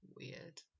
Weird